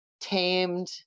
tamed